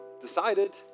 decided